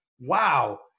wow